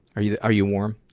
are you are you warm?